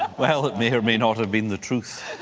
well, it may or may not have been the truth.